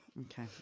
Okay